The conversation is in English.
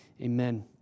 Amen